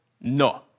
No